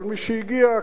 אבל משהגיעה,